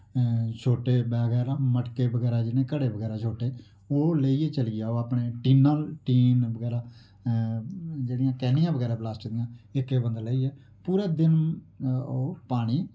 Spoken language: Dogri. शोटे बगैरा मटके बगैरा जियां क'ड़े बगैरा शोटे ओह् लेईयै चली जाओ अपनै टीन बगैरा जेह्ड़ियां कैन्नियां बगैरा प्लासटक दियां इक इक बंदा लेईयै पूरा दिन ओह् पानी